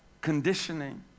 conditioning